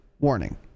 warning